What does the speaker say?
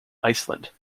iceland